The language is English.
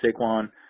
Saquon